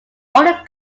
only